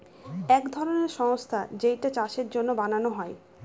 এক ধরনের সংস্থা যেইটা চাষের জন্য বানানো হয়